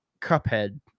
cuphead